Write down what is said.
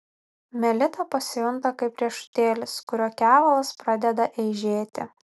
melita pasijunta kaip riešutėlis kurio kevalas pradeda eižėti